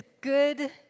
good